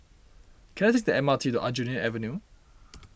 can I take the M R T to Aljunied Avenue